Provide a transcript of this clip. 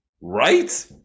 right